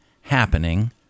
happening